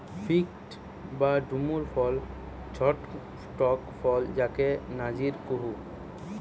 fig বা ডুমুর ফল ছট্ট টক ফল যাকে নজির কুহু